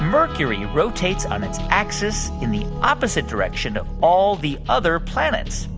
mercury rotates on its axis in the opposite direction of all the other planets?